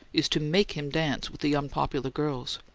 is to make him dance with the unpopular girls.